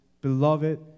beloved